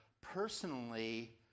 personally